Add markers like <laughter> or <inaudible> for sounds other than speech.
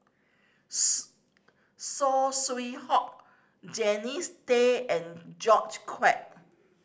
<unintelligible> Saw Swee Hock Jannie Tay and George Quek